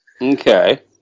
Okay